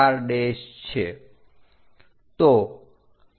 તો 3 થી 3